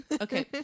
Okay